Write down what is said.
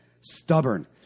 stubborn